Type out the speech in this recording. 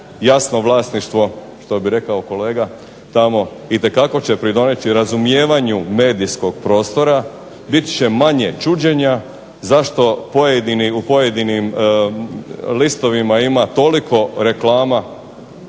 jasno vlasništvo što bi rekao kolega tamo, itekako će pridonijeti razumijevanju medijskog prostora. Bit će manje čuđenja zašto u pojedinim listovima ima toliko reklama,